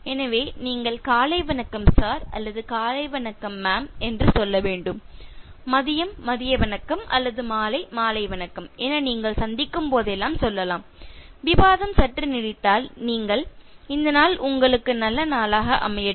எனவே நீங்கள் "காலை வணக்கம் சார் " அல்லது "காலை வணக்கம் மேடம் " என்று சொல்ல வேண்டும் மதியம் "மதிய வணக்கம்" அல்லது மாலை " மாலை வணக்கம்" என நீங்கள் சந்திக்கும் போதெல்லாம் சொல்லலாம் விவாதம் சற்று நீடித்தால் நீங்கள் " இந்த நாள் உங்களுக்கு நல்ல நாளாக அமையட்டும்